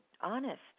honest